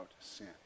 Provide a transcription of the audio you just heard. sin